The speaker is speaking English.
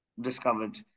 discovered